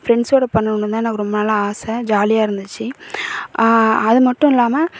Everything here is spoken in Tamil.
ஃப்ரெண்ட்ஸோடு பண்ணணும்னு தான் எனக்கு ரொம்ப நாளாக ஆசை ஜாலியாக இருந்துச்சு அது மட்டும் இல்லாமல்